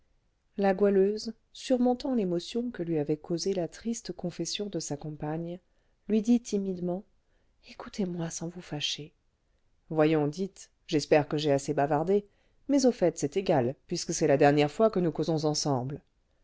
la goualeuse surmontant l'émotion que lui avait causé la triste confession de sa compagne lui dit timidement écoutez-moi sans vous fâcher voyons dites j'espère que j'ai assez bavardé mais au fait c'est égal puisque c'est la dernière fois que nous causons ensemble